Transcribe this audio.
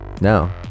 No